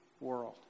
world